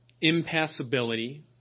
Impassibility